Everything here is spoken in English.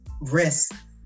risk